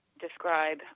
describe